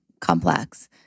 complex